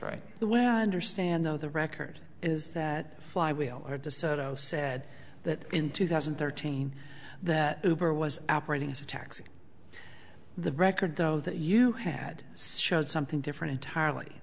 right the well understand though the record is that fly wheel or desoto said that in two thousand and thirteen that hooper was operating as a taxi the record though that you had showed something different entirely